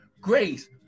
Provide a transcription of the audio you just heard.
grace